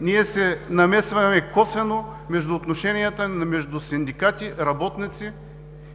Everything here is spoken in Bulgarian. ние се намесваме косвено между отношенията между синдикати, работници